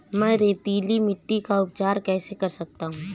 मैं रेतीली मिट्टी का उपचार कैसे कर सकता हूँ?